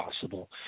possible